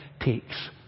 takes